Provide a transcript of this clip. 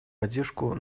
поддержку